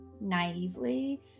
naively